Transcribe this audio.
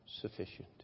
sufficient